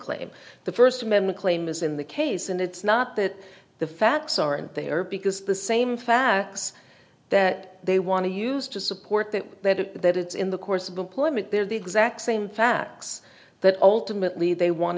claim the first amendment claim is in the case and it's not that the facts aren't there because the same facts that they want to use to support that that it's in the course of employment they're the exact same facts that ultimately they want